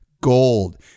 gold